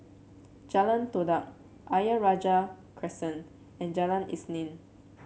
Jalan Todak Ayer Rajah Crescent and Jalan Isnin